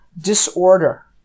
disorder